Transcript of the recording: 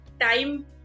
time